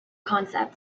concept